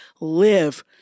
live